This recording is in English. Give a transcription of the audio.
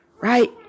Right